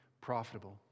profitable